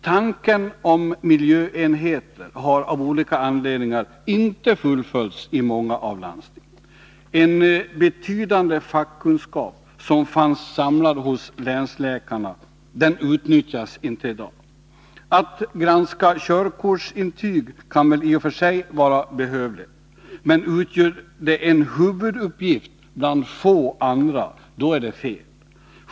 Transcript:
Tanken på miljöenheter har av olika anledningar inte fullföljts i många av landstingen. Den betydande fackkunskap som finns samlad hos länsläkarna utnyttjas inte i dag. Att granska körkortsintyg kan väl i och för sig vara behövligt, men utgör det en huvuduppgift bland få andra är det fel.